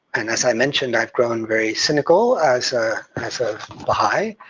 and as i mentioned, i've grown very cynical as ah as a baha'i.